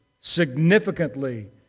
significantly